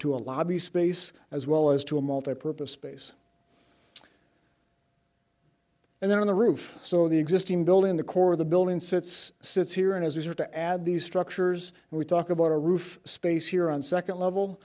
to a lobby space as well as to a multi purpose space and then on the roof so the existing building the core of the building sits sits here and has or to add these structures and we talk about a roof space here on second level